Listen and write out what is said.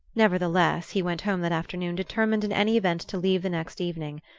nevertheless, he went home that afternoon determined in any event to leave the next evening.